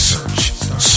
Search